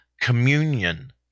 communion